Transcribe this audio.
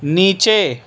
نیچے